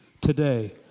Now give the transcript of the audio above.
Today